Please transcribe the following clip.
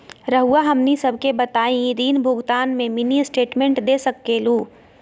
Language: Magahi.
रहुआ हमनी सबके बताइं ऋण भुगतान में मिनी स्टेटमेंट दे सकेलू?